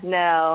no